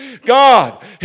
God